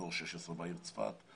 דור 16 בעיר צפת,